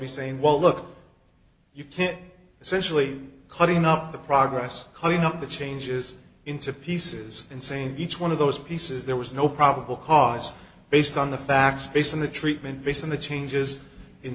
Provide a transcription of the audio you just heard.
be saying well look you can't essentially cutting up the progress coming up the changes into pieces and same each one of those pieces there was no probable cause based on the facts based on the treatment based on the changes in